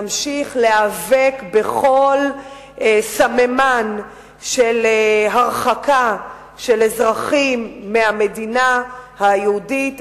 נמשיך להיאבק בכל סממן של הרחקה של אזרחים מהמדינה היהודית,